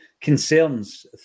concerns